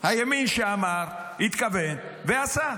הימין שאמר, התכוון ועשה.